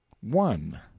one